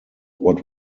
what